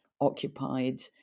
occupied